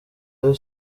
rayon